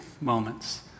moments